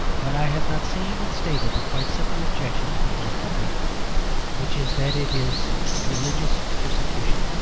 but i have not seen and stated the quite simple objection to philanthropy which is that it is religious persecution.